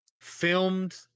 filmed